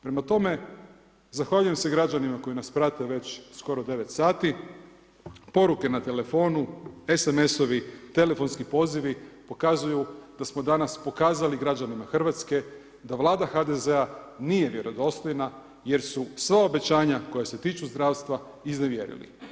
Prema tome, zahvaljujem se građanima koji nas prate već skoro 9 sati, poruke na telefonu, sms-ovi, telefonski pozivi pokazuju da smo danas pokazali građanima Hrvatske da Vlada HDZ-a nije vjerodostojna jer su sva obećanja koja se tiču zdravstva iznevjerili.